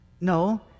no